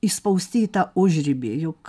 įspausti į tą užribį juk